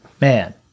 man